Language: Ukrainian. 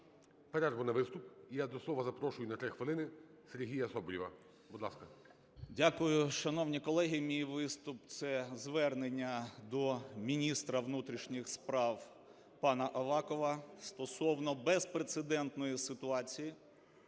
перерву на виступ. І я до слова запрошую на 3 хвилини Сергія Соболєва. Будь ласка. 12:32:24 СОБОЛЄВ С.В. Дякую. Шановні колеги, мій виступ – це звернення до міністра внутрішніх справ пана Авакова стосовно безпрецедентної ситуації,